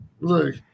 Look